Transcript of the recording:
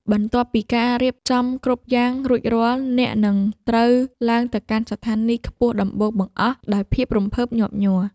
បន្ទាប់ពីការរៀបចំគ្រប់យ៉ាងរួចរាល់ អ្នកនឹងត្រូវឡើងទៅកាន់ស្ថានីយខ្ពស់ដំបូងបង្អស់ដោយភាពរំភើបញាប់ញ័រ។